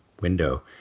Window